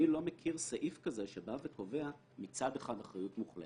אני לא מכיר סעיף כזה שקובע מצד אחד אחריות מוחלטת,